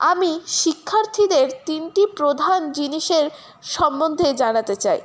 আমি শিক্ষার্থীদের তিনটি প্রধান জিনিসের সম্বন্ধে জানাতে চাই